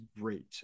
great